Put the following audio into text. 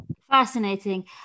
Fascinating